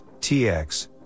TX